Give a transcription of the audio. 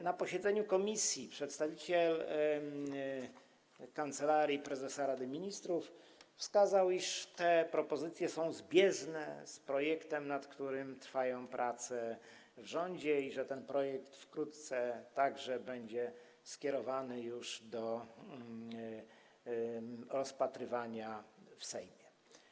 Na posiedzeniu komisji przedstawiciel Kancelarii Prezesa Rady Ministrów wskazał, iż te propozycje są zbieżne z projektem, nad którym trwają prace w rządzie, i że ten projekt wkrótce także będzie skierowany do rozpatrywania w Sejmie.